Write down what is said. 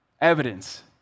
evidence